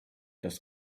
das